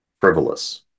frivolous